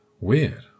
Weird